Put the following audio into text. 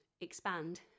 expand